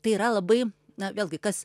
tai yra labai na vėlgi kas